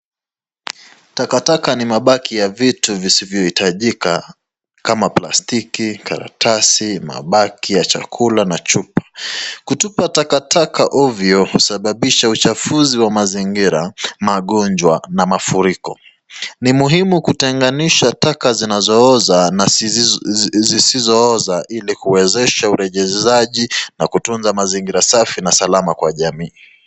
Takataka ni mabaki ya vitu visivyohitajika kama plastiki karatasi mabaki ya chakula na chupa. Kutupa takataka ovyo husababisha uchafuzi wa mazingira, magonjwa na mafuriko. Ni muhimu kutenganisha taka zinazooza na zisizooza ili kuwezesha urejeshaji na kutunza mazingira safi na salama kwa jamii.